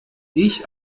ich